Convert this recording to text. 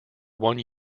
one